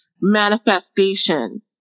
manifestation